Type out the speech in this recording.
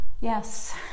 yes